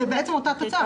זה בעצם אותה תוצאה,